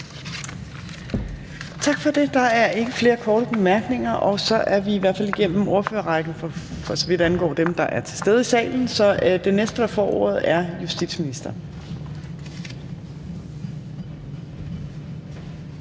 Tak for det. Der er ikke flere korte bemærkninger, og så er vi i hvert fald igennem ordførerrækken, for så vidt angår dem, der er til stede i salen, så den næste, der får ordet, er justitsministeren.